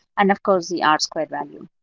and of course, the r squared value.